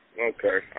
Okay